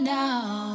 now